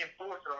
enforcer